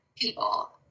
people